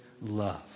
love